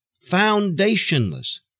foundationless